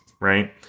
right